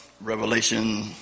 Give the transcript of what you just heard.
Revelation